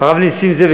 הרב נסים זאב,